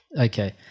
Okay